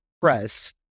Press